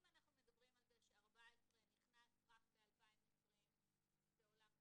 אם אנחנו נכנסים על זה ש-14 נכנס רק ב-2020 זה עולם אחד.